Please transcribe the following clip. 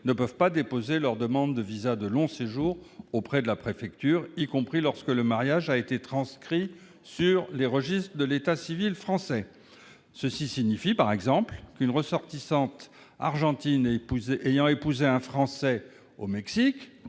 ne peuvent pas déposer leur demande de visa de long séjour auprès de la préfecture, y compris lorsque le mariage a été transcrit sur les registres de l'état civil français. Cela signifie par exemple qu'une ressortissante argentine ayant épousé un Français au Mexique